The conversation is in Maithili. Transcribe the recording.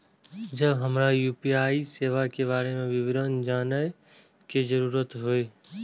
जब हमरा यू.पी.आई सेवा के बारे में विवरण जानय के जरुरत होय?